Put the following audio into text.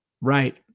right